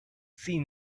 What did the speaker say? seen